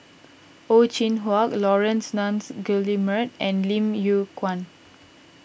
Ow Chin Hock Laurence Nunns Guillemard and Lim Yew Kuan